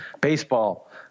baseball